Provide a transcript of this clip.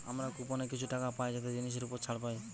আমরা কুপনে কিছু টাকা পাই যাতে জিনিসের উপর ছাড় পাই